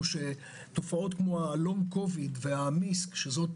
שתופעות כמו ה-LONG COVID וה-MIST שזאת